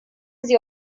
sie